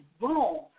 wrong